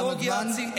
תם הזמן.